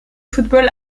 football